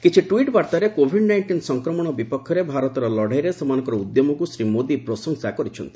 କିଛି ଟ୍ୱିଟ୍ ବାର୍ତ୍ତାରେ COVID nineteen ସଂକ୍ରମଣ ବିପକ୍ଷରେ ଭାରତର ଲଢ଼େଇରେ ସେମାନଙ୍କର ଉଦ୍ୟମକୁ ଶ୍ରୀ ମୋଦି ପ୍ରଶଂସା କରିଛନ୍ତି